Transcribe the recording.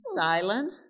Silence